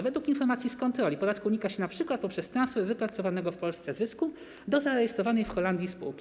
Według informacji z kontroli podatku unika się np. poprzez transfer wypracowanego w Polsce zysku do zarejestrowanej w Holandii spółki.